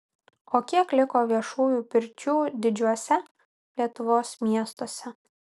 o kiek liko viešųjų pirčių didžiuose lietuvos miestuose